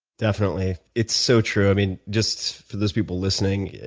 definitely, it's so true. i mean, just for those people listening,